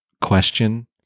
question